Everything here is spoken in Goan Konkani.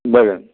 बरें